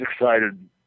excited